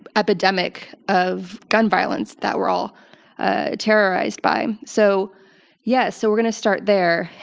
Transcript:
epidemic of gun violence that we're all ah terrorized by. so yes, so we're going to start there.